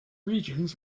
regions